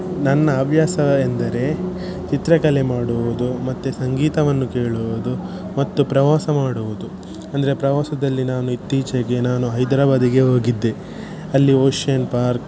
ನನ್ನ ಹವ್ಯಾಸ ಎಂದರೆ ಚಿತ್ರಕಲೆ ಮಾಡುವುದು ಮತ್ತು ಸಂಗೀತವನ್ನು ಕೇಳುವುದು ಮತ್ತು ಪ್ರವಾಸ ಮಾಡುವುದು ಅಂದರೆ ಪ್ರವಾಸದಲ್ಲಿ ನಾನು ಇತ್ತೀಚೆಗೆ ನಾನು ಹೈದರಾಬಾದಿಗೆ ಹೋಗಿದ್ದೆ ಅಲ್ಲಿ ಓಷಿಯನ್ ಪಾರ್ಕ್